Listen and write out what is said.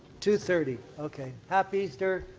two thirty. okay. happy easter.